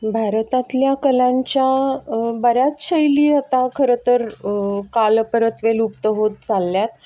भारतातल्या कलांच्या बऱ्याच शैली आता खरं तर कालपरत्वे लुप्त होत चालल्या आहेत